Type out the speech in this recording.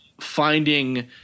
finding –